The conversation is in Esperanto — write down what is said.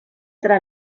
tra